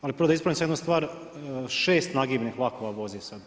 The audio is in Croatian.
Ali, prvo da ispravim jednu stvar, 6 nagibnih vlakova vozi sad.